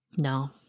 No